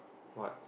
what